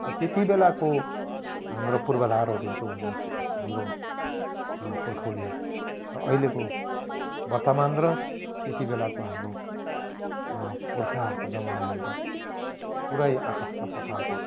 र त्यति बेलाको हाम्रो पूर्वधारहरू जो हुनुहुन्छ हाम्रो हाम्रो पूखौलीहरू र अहिलेको वर्तमान र त्यति बेलाको हाम्रो पूर्खाहरूको जमना हेर्दा पुरै आकाश र पतालको